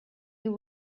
you